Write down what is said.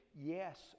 yes